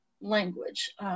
language